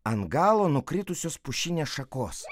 ant galo nukritusios pušinės šakos